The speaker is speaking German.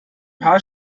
paar